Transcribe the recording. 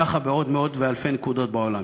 ככה בעוד מאות ואלפי נקודות בעולם.